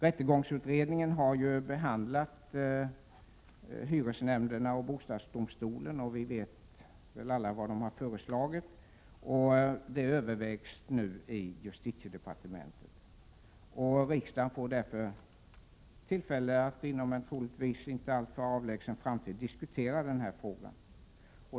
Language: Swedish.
Rättegångsutredningen har behandlat frågorna om hyresnämnderna och bostadsdomstolen och framlagt förslag som nu övervägs i justitiedepartementet. Riksdagen får därför tillfälle att inom en troligtvis inte alltför avlägsen framtid diskutera denna fråga.